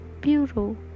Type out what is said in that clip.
bureau